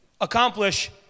accomplish